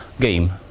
game